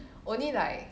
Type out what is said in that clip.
only like